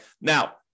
Now